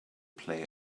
play